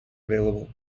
available